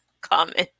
comment